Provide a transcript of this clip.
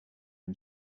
een